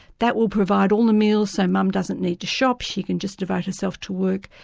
that will provide all the meals and mum doesn't need to shop, she can just devote herself to work.